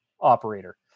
operator